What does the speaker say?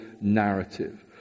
narrative